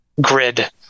grid